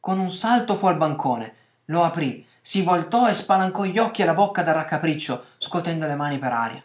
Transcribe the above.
con un salto fu al balcone lo aprì si voltò e spalancò gli occhi e la bocca dal raccapriccio scotendo le mani per aria